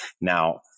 now